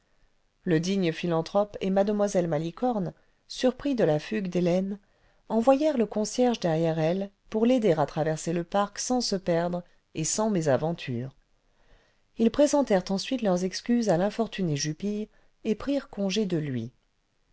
le digne philanthrope et mue malicorne surpris de la fugue d'hélène envoyèrent le concierge derrière elle pour l'aider à traverser le parc sans se perdre et sans mésaventure rs présentèrent ensuite leurs excuses à l'infortuné jupille et prirent congé de lui